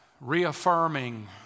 reaffirming